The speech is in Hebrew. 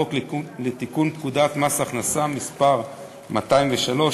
סלומינסקי להציג לנו הצעת חוק לתיקון פקודת מס הכנסה (מס' 203),